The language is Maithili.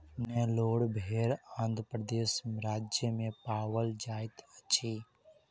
नेल्लोर भेड़ आंध्र प्रदेश राज्य में पाओल जाइत अछि